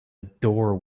door